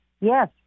Yes